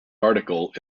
article